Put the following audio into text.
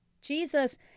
Jesus